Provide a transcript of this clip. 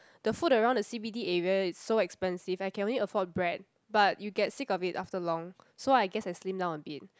the food around the c_b_d area is so expensive I can only afford bread but you get sick of it after long so I guess I slim down a bit